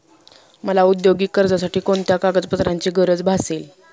मला औद्योगिक कर्जासाठी कोणत्या कागदपत्रांची गरज भासेल?